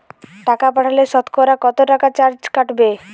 টাকা পাঠালে সতকরা কত টাকা চার্জ কাটবে?